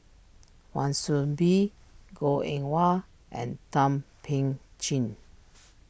Wan Soon Bee Goh Eng Wah and Thum Ping Tjin